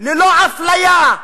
ללא אפליה,